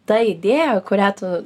ta idėja kurią tu